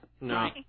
no